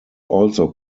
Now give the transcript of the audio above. also